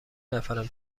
نفرم